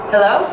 Hello